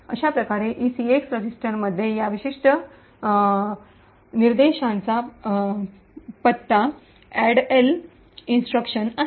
अशा प्रकारे ईसीएक्स रजिस्टरमध्ये या विशिष्ट निर्देशांचा पत्ता अॅडल इंस्ट्रक्शन आहे